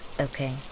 okay